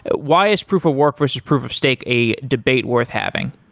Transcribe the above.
but why is proof of work versus proof of stake a debate worth having?